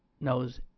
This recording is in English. knows